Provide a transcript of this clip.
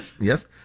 yes